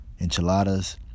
Enchiladas